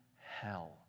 hell